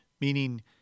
meaning